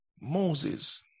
Moses